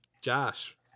Josh